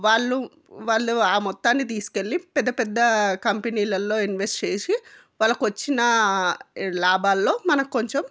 వాళ్ళు వాళ్ళు ఆ మొత్తాన్ని తీస్కెళ్ళి పెద్ద పెద్ద కంపెనీలల్లో ఇన్వెస్ట్ చేసి వాళ్ళకు వచ్చిన లాభాల్లో మనకు కొంచం